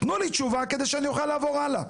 תנו לי תשובה כדי שאני אוכל לעבור הלאה.